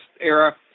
era